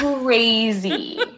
crazy